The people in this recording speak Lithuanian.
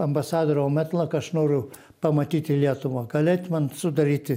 ambasadoriau metlak aš noriu pamatyti lietuvą galėtum man sudaryti